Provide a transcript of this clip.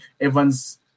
everyone's